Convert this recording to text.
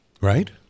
Right